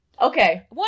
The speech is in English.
Okay